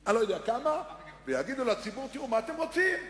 אני לא יודע כמה, ויגידו לציבור: מה אתם רוצים?